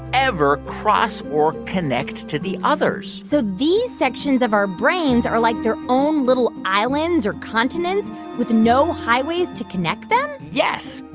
ever cross or connect to the others so these sections of our brains are like their own little islands or continents with no highways to connect them? yes.